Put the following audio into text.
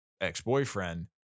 ex-boyfriend –